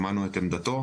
שמענו את עמדנו,